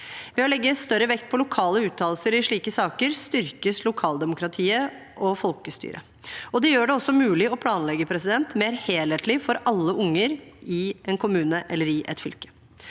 Ved å legge større vekt på lokale uttalelser i slike saker styrkes lokaldemokratiet og folkestyret. Det gjør det også mulig å planlegge mer helhetlig for alle unger i en kommune eller i et fylke.